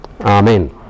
amen